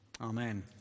amen